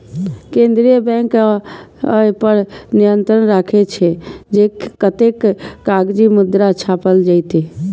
केंद्रीय बैंक अय पर नियंत्रण राखै छै, जे कतेक कागजी मुद्रा छापल जेतै